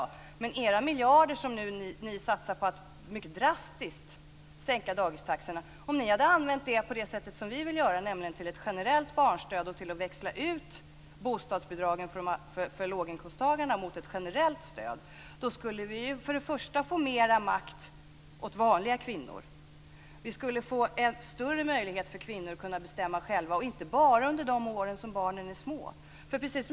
Men om ni hade använt de miljarder som ni nu satsar på att mycket drastiskt sänka dagistaxorna på det sätt som vi vill göra, nämligen till ett generellt barnstöd och till att växla ut bostadsbidragen för låginkomsttagarna mot ett generellt stöd, skulle vi få mera makt åt vanliga kvinnor. Vi skulle få större möjlighet för kvinnor att bestämma själva - och inte bara under de år som barnen är små.